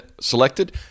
selected